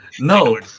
No